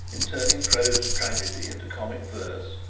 in turning prose tragedy into comic verse,